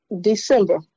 December